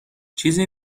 چیزی